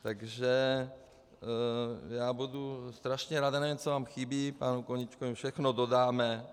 Takže já budu strašně rád, nevím, co vám chybí, panu Koníčkovi, všechno dodáme.